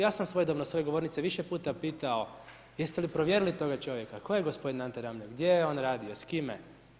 Ja sam svojedobno sa ove govornice više puta pitao jeste li provjerili toga čovjeka tko je gospodin Ante Ramljak, gdje je on radio, s kime?